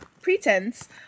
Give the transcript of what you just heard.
pretense